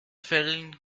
fällen